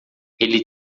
ele